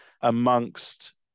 amongst